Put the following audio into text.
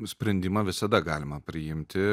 sprendimą visada galima priimti